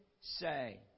say